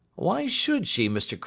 why should she, mr.